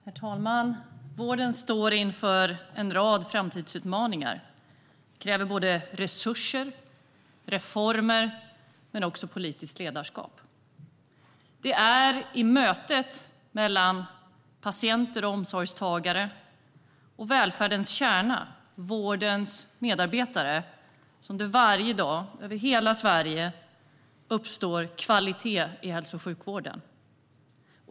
Herr talman! Vården står inför en rad framtidsutmaningar. De kräver resurser och reformer men också politiskt ledarskap. Det är i mötet mellan patienter och omsorgstagare och välfärdens kärna, vårdens medarbetare, som det varje dag, över hela Sverige, uppstår kvalitet i hälso och sjukvården.